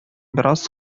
бераз